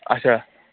اچھا